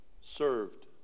served